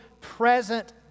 present